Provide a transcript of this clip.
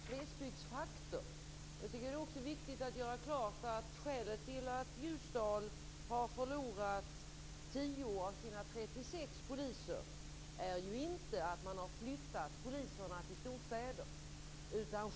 Fru talman! Yvonne Oscarsson talade om en glesbygdsfaktor. Jag tycker att det är viktigt att göra klart att skälet till att Ljusdal har förlorat 10 av sina 36 poliser inte är att man har flyttat poliserna till storstäderna.